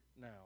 now